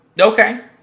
Okay